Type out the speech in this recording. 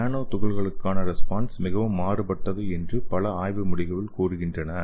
நானோ துகள்களுக்கான ரெஸ்பான்ஸ் மிகவும் மாறுபட்டது என்று பல ஆய்வு முடிவுகள் கூறுகின்றன